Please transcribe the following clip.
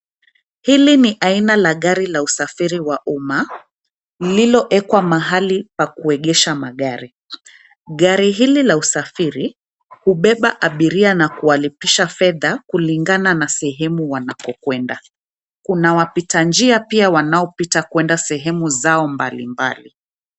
Hili ni aina la gari la usafiri wa umma, lililowekwa mahali pa kuegesha magari. Gari hili la usafiri hubeba abiria na kuwalipisha fedha kulingana na sehemu wanakokwenda. Kuna wapita njia pia wanaopita kwenda sehemu zao mbalimbali.